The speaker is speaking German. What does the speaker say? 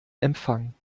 empfang